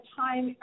time